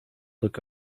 look